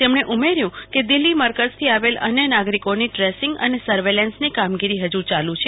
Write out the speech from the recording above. તેમને ઉમેર્યું કે દિલ્હી મરકઝથી આવેલા અન્ય નાગરીકોની ટ્રેસિંગ અને સર્વેલન્સની કામગીરી હજુ ચાલુ છે